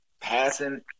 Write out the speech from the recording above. passing